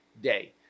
day